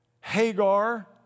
Hagar